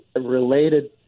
related